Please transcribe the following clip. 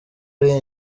ari